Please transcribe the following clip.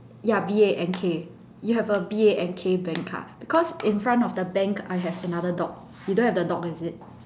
ya B A N K you have a B A N K bank ah because in front of the bank I have another dog you don't have the dog is it